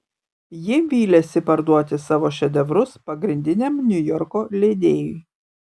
ji vylėsi parduoti savo šedevrus pagrindiniam niujorko leidėjui